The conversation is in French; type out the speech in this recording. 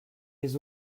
les